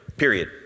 Period